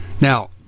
Now